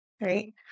right